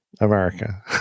america